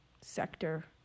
sector